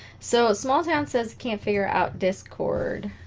so small town says can't figure out discord